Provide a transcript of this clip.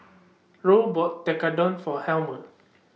Roe bought Tekkadon For Homer